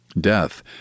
death